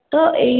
ତ ଏଇ